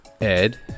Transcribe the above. Ed